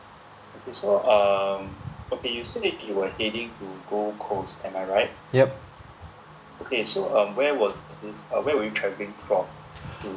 ya